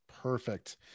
Perfect